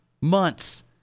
months